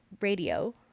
radio